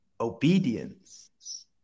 obedience